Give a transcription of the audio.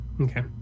Okay